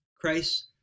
Christ